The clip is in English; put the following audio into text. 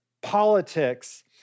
politics